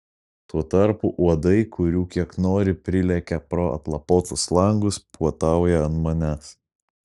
tuo tarpu uodai kurių kiek nori prilekia pro atlapotus langus puotauja ant manęs